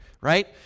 right